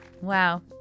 Wow